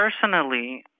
personally